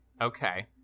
Okay